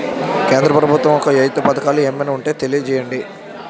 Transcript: కేంద్ర ప్రభుత్వం యెక్క రైతు పథకాలు ఏమైనా ఉంటే తెలియజేయండి?